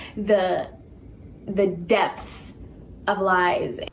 the the depths of lies.